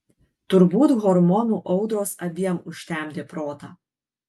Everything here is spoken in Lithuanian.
turbūt hormonų audros abiem užtemdė protą